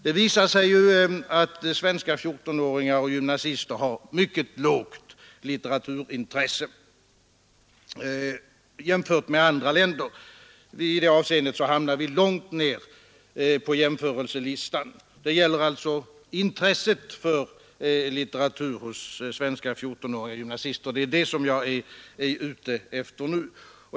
Det visar sig att svenska 14-åringar och gymnasister har mycket lågt litteraturintresse jämfört med elever i andra länder. I det avseendet hamnar vi långt ner på jämförelselistan. Det gäller alltså intresset för 7 litteratur hos svenska 14-åringar och gymnasister; det är det jag är ute efter nu.